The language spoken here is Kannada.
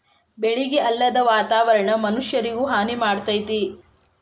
ಬೆಳಿಗೆ ಅಲ್ಲದ ವಾತಾವರಣಾ ಮನಷ್ಯಾರಿಗು ಹಾನಿ ಮಾಡ್ತತಿ